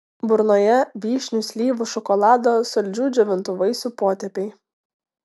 burnoje vyšnių slyvų šokolado saldžių džiovintų vaisių potėpiai